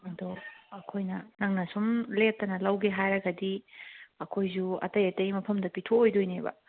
ꯑꯗꯣ ꯑꯩꯈꯣꯏꯅ ꯅꯪꯅ ꯁꯨꯝ ꯂꯦꯞꯇꯅ ꯂꯧꯒꯦ ꯍꯥꯏꯔꯒꯗꯤ ꯑꯩꯈꯣꯏꯁꯨ ꯑꯇꯩ ꯑꯇꯩ ꯃꯐꯝꯗ ꯄꯤꯊꯣꯛꯑꯣꯏꯗꯣꯏꯅꯦꯕ